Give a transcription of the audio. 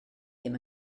ddim